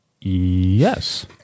Yes